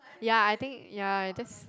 ya I think ya that's